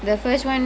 ya